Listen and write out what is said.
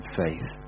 faith